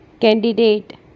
Candidate